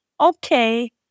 okay